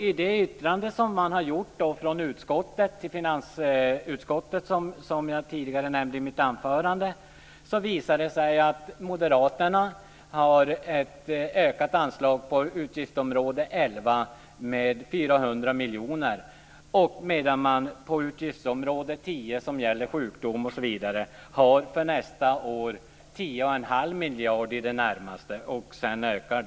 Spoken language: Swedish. I utskottets yttrande till finansutskottet, som jag nämnt tidigare i mitt anförande, visar det sig att Moderaterna har ett ökat anslag på utgiftsområde 11 med 400 miljoner kronor, medan man på utgiftsområde 10, som gäller sjukdom osv., för nästa år har i det närmaste 10 1⁄2 miljarder.